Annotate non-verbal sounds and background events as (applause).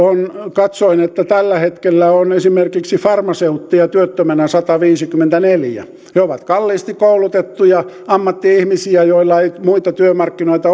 katsoin että tällä hetkellä on esimerkiksi farmaseutteja työttömänä sataviisikymmentäneljä he ovat kalliisti koulutettuja ammatti ihmisiä joilla ei juurikaan ole muita työmarkkinoita (unintelligible)